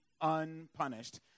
unpunished